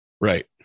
Right